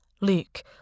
Luke